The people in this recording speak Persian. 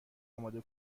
اماده